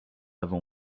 avant